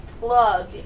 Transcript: plug